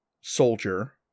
soldier